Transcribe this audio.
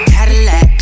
Cadillac